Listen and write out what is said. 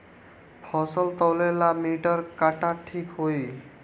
फसल तौले ला मिटर काटा ठिक होही?